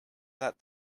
that